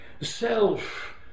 self